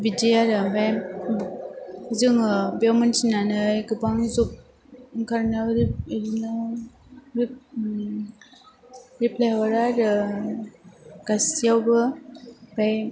बिदि आरो ओमफाय जोङो बे मोनथिनानै गोबां जब ओंखारनायाव आरो इदिनो बे एफ्लाइ हरो आरो गासैयावबो ओमफाय